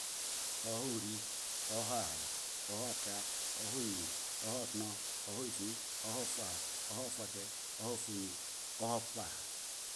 Oha ori oha oha oha ofra oha oyin oha otno oha ofin oha ofuha oha ofote oha ofuyin oha ookobo oha okobo achen oha okobo aha